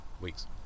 weeks